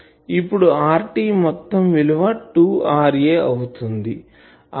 అప్పుడు RT మొత్తం విలువ 2 RA అవుతుంది